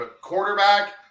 quarterback